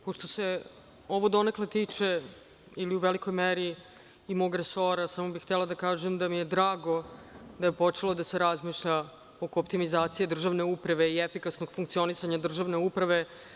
Pošto se ovo donekle tiče ili u velikoj meri i mog resora, samo bih htela da kažem da mi je drago da je počelo da se razmišlja oko optimizacije države uprave i efikasnog funkcionisanja državne uprave.